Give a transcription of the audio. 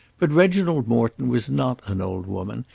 but reginald morton was not an old woman,